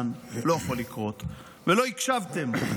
לא יעמדו בביקורת השיפוטית של בית המשפט הגבוה לצדק.